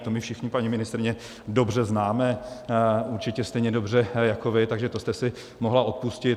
To my všichni, paní ministryně, dobře známe určitě stejně dobře jako vy, takže to jste si mohla odpustit.